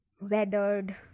weathered